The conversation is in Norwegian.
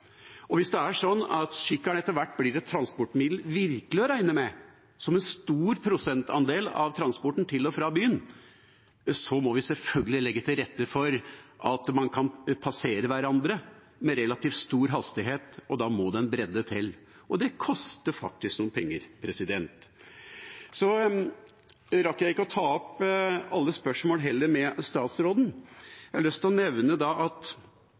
Hvis det er sånn at sykkelen etter hvert blir et transportmiddel virkelig å regne med, som en stor prosentandel av transporten til og fra byen, må vi selvfølgelig legge til rette for at man kan passere hverandre med relativt stor hastighet. Da må det en bredde til, og det koster faktisk noen penger. Jeg rakk ikke å ta opp alle spørsmål med statsråden heller. Jeg har lyst til å nevne at det er ganske sjokkerende at